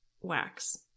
wax